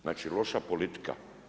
Znači loša politika.